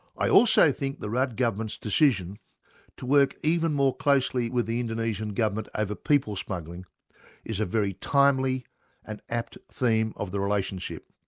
i also think the rudd government's decision to work even more closely with the indonesian government over ah people smuggling is a very timely and apt theme of the relationship.